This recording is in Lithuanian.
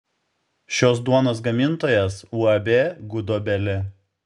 šios duonos gamintojas uab gudobelė